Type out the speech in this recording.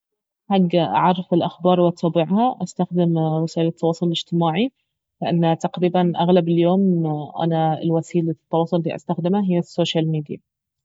حق اعرف الاخبار واتابعها استخدم وسايل التواصل الاجتماعي لانه تقريبا اغلب اليوم انا وسيلة التواصل الي استخدمها اهي السوشيل ميديا